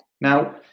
Now